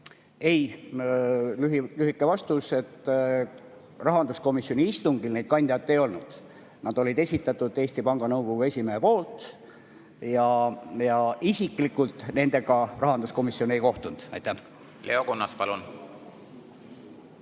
Ei. Lühike vastus on, et rahanduskomisjoni istungil neid kandidaate ei olnud. Nad olid esitatud Eesti Panga Nõukogu esimehe poolt ja isiklikult nendega rahanduskomisjon ei kohtunud. Leo Kunnas, palun!